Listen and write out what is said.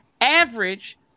average